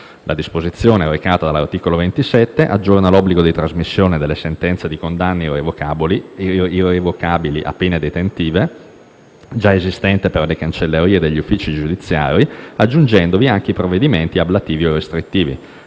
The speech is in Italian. La disposizione recata dall'articolo 27 aggiorna l'obbligo di trasmissione delle sentenze di condanne irrevocabili a pene detentive, già esistente per le cancellerie degli uffici giudiziari, aggiungendovi anche i provvedimenti ablativi o restrittivi.